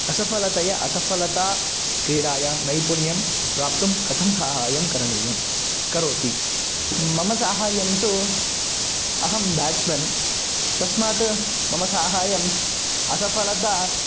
असफलतया असफलता क्रीडायां नैपुण्यं प्राप्तुं कथं सहाय्यं करणीयं करोति मम सहाय्यं तु अहं ब्याट्स्मेन् तस्मात् मम साहाय्यम् असफलता